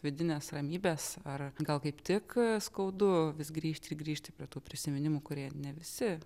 vidinės ramybės ar gal kaip tik skaudu vis grįžti ir grįžti prie tų prisiminimų kurie ne visi